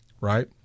Right